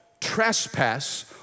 trespass